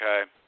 Okay